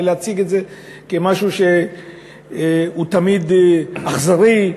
ולהציג את זה כמשהו שהוא תמיד אכזרי,